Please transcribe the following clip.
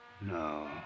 No